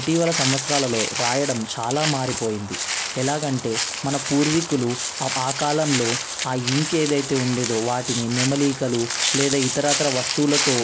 ఇటీవల సంవత్సరాలలో రాయడం చాలా మారిపోయింది ఎలాగంటే మన పూర్వీకులు ఆ కాలంలో ఆ ఇంకేదైతే ఉండేదో వాటిని నెమలి ఈకలు లేదా ఇతరత్ర వస్తువులతో